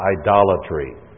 idolatry